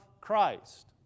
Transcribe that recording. Christ